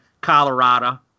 Colorado